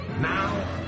Now